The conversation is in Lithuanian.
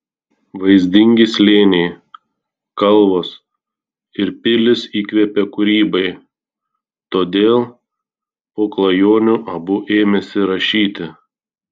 vaizdingi slėniai kalvos ir pilys įkvepia kūrybai todėl po klajonių abu ėmėsi rašyti